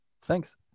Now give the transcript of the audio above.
thanks